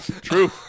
true